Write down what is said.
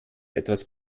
etwas